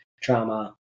trauma